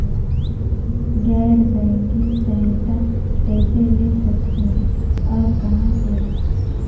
गैर बैंकिंग सहायता कइसे ले सकहुं और कहाँ से?